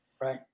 Right